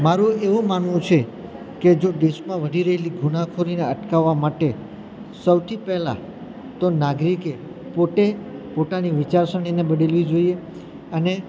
મારું એવું માનવું છે કે જો દેશમાં વધી રહેલી ગુનાખોરીને અટકાવવા માટે સૌથી પહેલા તો નાગરિકે પોતે પોતાની વિચારસરણીને બદલવી જોઈએ અને